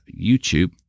YouTube